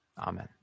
Amen